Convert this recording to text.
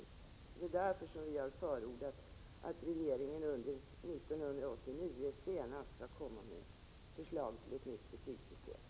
Det är därför som vi har förordat att regeringen senast under 1989 skall lägga fram ett förslag till ett nytt betygssystem.